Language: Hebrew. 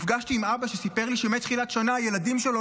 נפגשתי עם אבא שסיפר לי שהילדים שלו